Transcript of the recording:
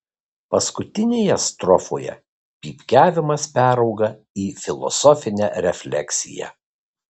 paskutinėje strofoje pypkiavimas perauga į filosofinę refleksiją